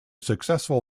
successful